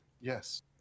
Yes